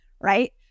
right